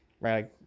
Right